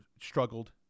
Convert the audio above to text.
struggled